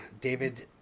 David